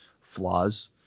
flaws